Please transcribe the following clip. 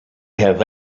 have